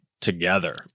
together